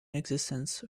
existence